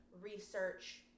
research